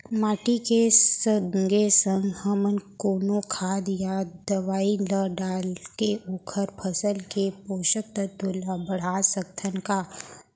माटी के संगे संग हमन कोनो खाद या दवई ल डालके ओखर फसल के पोषकतत्त्व ल बढ़ा सकथन का?